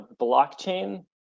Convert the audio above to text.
blockchain